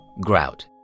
grout